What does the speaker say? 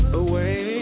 away